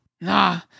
Nah